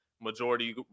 majority